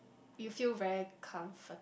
you feel very comfort